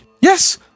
yes